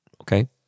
Okay